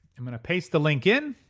i'm gonna paste the link in